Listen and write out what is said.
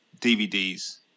DVDs